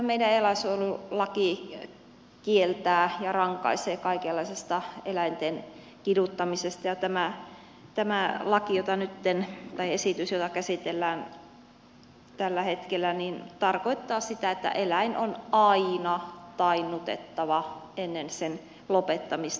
kyllähän meidän eläinsuojelulaki kieltää ja rankaisee kaikenlaisesta eläinten kiduttamisesta ja tämä esitys jota käsitellään tällä hetkellä tarkoittaa sitä että eläin on aina tainnutettava ennen sen lopettamista